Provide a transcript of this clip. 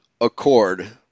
accord